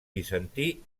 bizantí